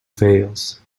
veils